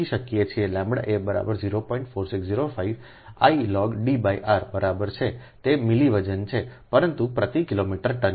4605 I log D r બરાબર છે તે મિલી વજન છે પરંતુ પ્રતિ કિલોમીટર ટન